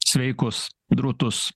sveikus drūtus